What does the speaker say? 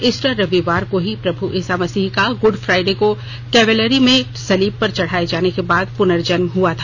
Easter रविवार को ही प्रभु ईसा मसीह का गुड फ्राइडे को कैवेलरी में सलीब पर चढ़ाए जाने के बाद पुनर्जन्म हुआ था